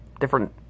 different